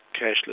cashless